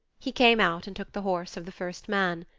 he came out and took the horse of the first man.